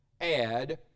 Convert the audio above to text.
add